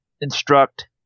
instruct